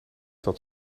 dat